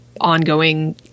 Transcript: ongoing